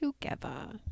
Together